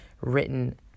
written